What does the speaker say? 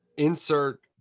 insert